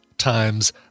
times